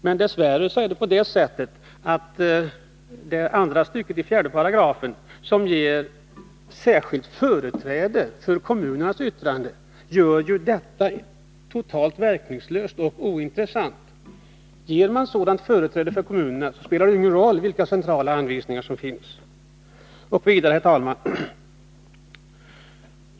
Men dess värre är det så att det i 4 § andra stycket ges särskilt företräde för kommunernas yttrande, vilket gör det hela totalt verkningslöst och ointressant. Ger man sådant företräde för kommunerna, spelar det ju ingen roll vilka centrala anvisningar som finns. Herr talman!